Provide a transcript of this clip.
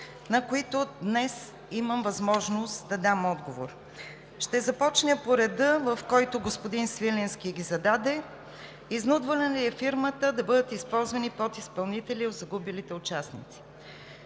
на които днес имам възможност да дам отговор. Ще започна по реда, в който господин Свиленски ги зададе: изнудвана ли е фирмата да бъдат използвани подизпълнители от загубилите участници?